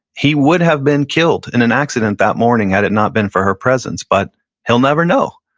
he would have been killed in an accident that morning had it not been for her presence, but he'll never know.